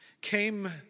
came